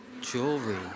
Jewelry